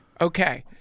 Okay